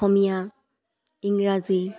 অসমীয়া ইংৰাজী